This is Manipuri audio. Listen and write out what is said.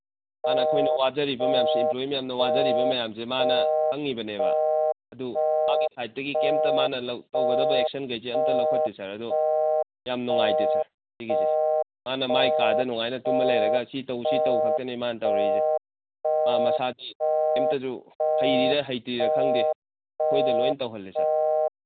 ꯃꯥꯅ ꯑꯩꯈꯣꯏꯅ ꯋꯥꯖꯔꯤꯕ ꯃꯌꯥꯝꯁꯦ ꯏꯝꯐ꯭ꯂꯣꯏꯌꯤ ꯃꯌꯥꯝꯅ ꯋꯥꯖꯔꯤꯕ ꯃꯌꯥꯝꯁꯦ ꯃꯥꯅ ꯈꯪꯉꯤꯕꯅꯦꯕ ꯑꯗꯨ ꯃꯥꯒꯤ ꯁꯥꯏꯠꯇꯒꯤ ꯀꯩꯝꯇ ꯃꯥꯅ ꯇꯧꯒꯗꯕ ꯑꯦꯛꯁꯟꯈꯩꯁꯦ ꯀꯩꯝꯇ ꯂꯧꯈꯠꯇꯦ ꯁꯥꯔ ꯑꯗꯨ ꯌꯥꯝ ꯅꯨꯡꯉꯥꯏꯇꯦ ꯁꯥꯔ ꯁꯤꯒꯤꯁꯦ ꯃꯥꯅ ꯃꯥꯒꯤ ꯀꯥꯗ ꯅꯨꯡꯉꯥꯏꯅ ꯇꯨꯝꯃ ꯂꯩꯔꯒ ꯁꯤ ꯇꯧ ꯁꯤ ꯇꯧ ꯈꯛꯇꯅꯦ ꯃꯥꯅ ꯇꯧꯔꯤꯁꯦ ꯃꯥ ꯃꯁꯥꯗꯤ ꯀꯩꯝꯇꯁꯨ ꯍꯩꯔꯤꯔꯥ ꯍꯩꯇ꯭ꯔꯤꯔꯥ ꯈꯪꯗꯦ ꯑꯩꯈꯣꯏꯗ ꯂꯣꯏ ꯇꯧꯍꯜꯂꯤ ꯁꯥꯔ